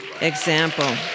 example